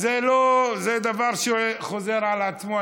אז זה דבר שחוזר על עצמו.